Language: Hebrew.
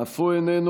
אף הוא איננו,